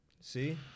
See